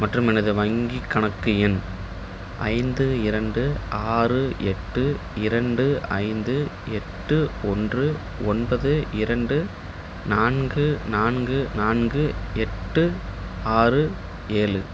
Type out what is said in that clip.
மற்றும் எனது வங்கிக் கணக்கு எண் ஐந்து இரண்டு ஆறு எட்டு இரண்டு ஐந்து எட்டு ஒன்று ஒன்பது இரண்டு நான்கு நான்கு நான்கு எட்டு ஆறு ஏழு